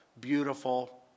beautiful